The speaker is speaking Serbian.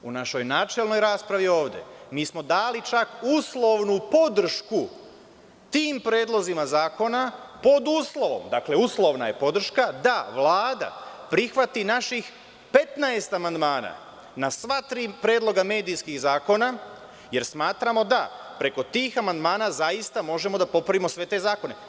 U našoj načelnoj raspravi ovde, mi smo dali čak uslovnu podršku tim predlozima zakona, pod uslovom, uslovna je podrška da Vlada prihvati naših 15 amandmana na sva tri predloga medijskih zakona, jer smatramo da preko tih amandmana zaista možemo da popravimo sve te zakone.